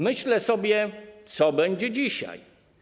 Myślę sobie: Co będzie dzisiaj?